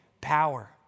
power